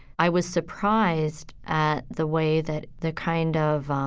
i was surprised at the way that the kind of, um